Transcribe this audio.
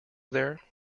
there